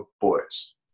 boys